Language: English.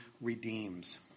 redeems